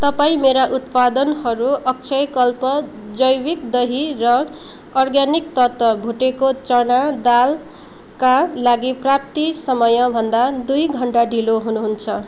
तपाईँ मेरा उत्पादनहरू अक्षयकल्प जैविक दही र अर्ग्यानिक तत्त्व भुटेको चना दालका लागि प्राप्ति समय भन्दा दुई घन्टा ढिलो हुनुहुन्छ